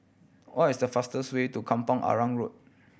what is the fastest way to Kampong Arang Road